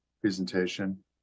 presentation